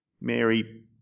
Mary